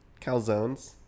calzones